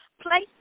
Place